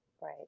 Right